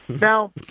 Now